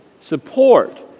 support